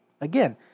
again